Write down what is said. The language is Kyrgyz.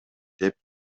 деп